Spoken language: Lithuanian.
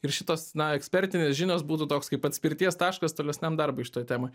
ir šitos na ekspertinės žinios būtų toks kaip atspirties taškas tolesniam darbui šitoj temoj